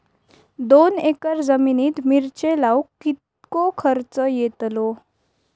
दोन एकर जमिनीत मिरचे लाऊक कितको खर्च यातलो?